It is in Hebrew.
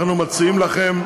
אנחנו מציעים לכם,